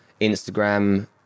instagram